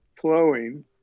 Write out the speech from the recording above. flowing